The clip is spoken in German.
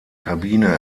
kabine